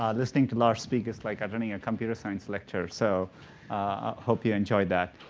um listening to lars speaks is like having a computer science lecture so i hope you enjoyed that.